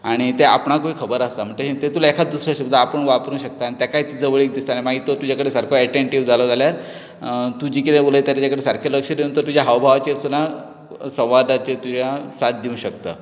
आनी ते आपणाकूय खबर आसा म्हणटकच तेतुंतले एकाक दुसरे शब्द आपूण वापरूंक शकता आनी तेकाय बी वळख दिसता आनी मागीर तो तुजे कडेन सारको एटॅंंटीव जालो जाल्यार तूं जी कितें उलयता ताचे कडेन सारकें लक्ष दिवन तो तुज्या हाव भावांचेर सुद्दां संवादांचेर तुज्या साथ दिवूंक शकता